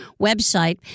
website